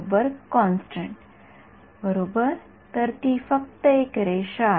मी योग्य मॅट्रिक्स निवडल्यास मी केवळ २ टक्के कॉइफिसिएंटसह करू शकतो तर यापैकी २ टक्के अंदाजे किती होणार आहे